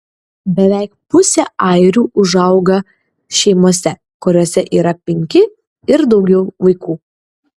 beveik pusė airių užauga šeimose kuriose yra penki ir daugiau vaikų